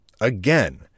Again